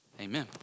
amen